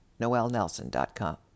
noelnelson.com